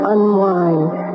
Unwind